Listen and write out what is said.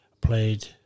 played